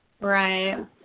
Right